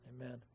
amen